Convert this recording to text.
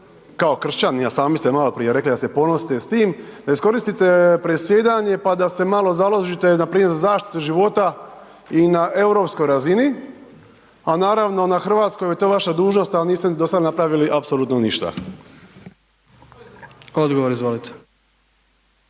kao kršćanin, a sami ste maloprije rekli da ste ponosni s tim, da iskoristite predsjedanje, pa da se malo založite npr. za zaštitu života i na europskoj razini, a naravno na hrvatskoj to je vaša dužnost, al niste ni dosad napravili apsolutno ništa. **Jandroković, Gordan